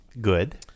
Good